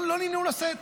לא נמנעו לשאת.